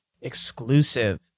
exclusive